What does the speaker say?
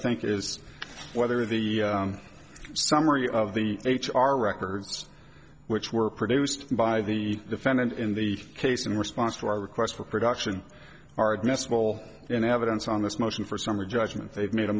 think is whether the summary of the h our records which were produced by the defendant in the case in response to our request for production are admissible in evidence on this motion for summary judgment they've made a